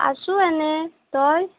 আছোঁ এনেই তই